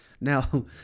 now